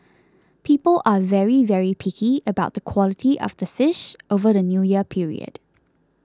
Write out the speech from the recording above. people are very very picky about the quality of the fish over the New Year period